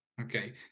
okay